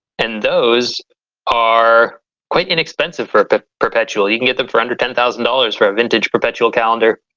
and those are quite inexpensive for but perpetual you can get them for under ten thousand dollars for a vintage perpetual calendar